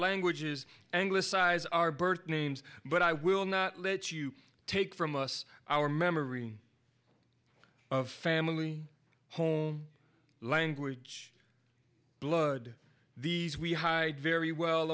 languages anglicize our birth names but i will not let you take from us our memory of family home language blood these we hide very well